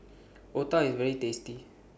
Otah IS very tasty